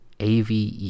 AVE